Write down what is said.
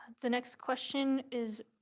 the next question is,